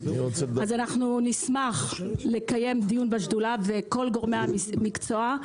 אז אנחנו נשמח לקיים דיון בשדולה וכל גורמי המקצוע.